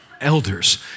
elders